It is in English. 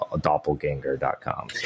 doppelganger.com